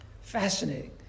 Fascinating